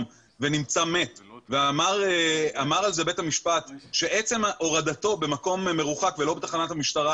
ונמצא מת ואמר על זה בית המשפט שעצם הורדתו במקום מרוחק ולא בתחנת המשטרה,